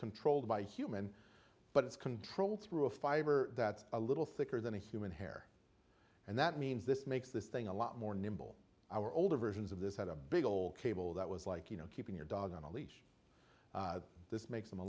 controlled by a human but it's controlled through a fiber that's a little thicker than a human hair and that means this makes this thing a lot more nimble our older versions of this had a big old cable that was like you know keeping your dog on a leash this makes them a